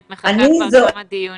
את מחכה כבר כמה דיונים.